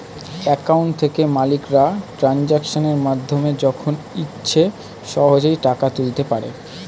account থেকে মালিকরা ট্রানজাকশনের মাধ্যমে যখন ইচ্ছে সহজেই টাকা তুলতে পারে